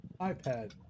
iPad